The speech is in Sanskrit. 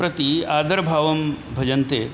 प्रति आदरभावं भजन्ते